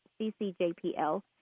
ccjpl